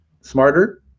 smarter